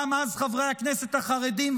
גם אז חברי הכנסת החרדים,